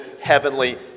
heavenly